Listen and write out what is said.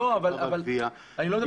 לא, אני לא מדבר על החוק,